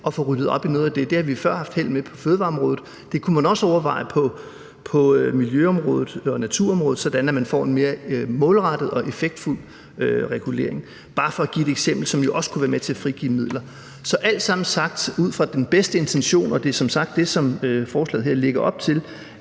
At få ryddet op i noget af det har vi før haft held med på fødevareområdet, og det kunne man også overveje på miljø- og naturområdet, sådan at man får en mere målrettet og effektfuld regulering. Det var bare for at give et eksempel på noget, som også kunne være med til at frigive midler. Så det er alt sammen sagt ud fra den bedste intention, og det er som sagt det, som forslaget her lægger op til,